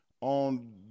on